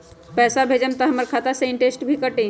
पैसा भेजम त हमर खाता से इनटेशट भी कटी?